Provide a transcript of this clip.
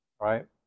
right